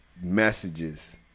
messages